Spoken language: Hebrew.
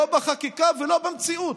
לא בחקיקה ולא במציאות.